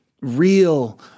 real